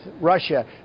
Russia